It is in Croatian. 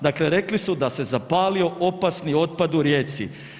Dakle rekli su da se zapalio opasni otpad u Rijeci.